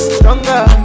Stronger